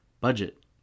Budget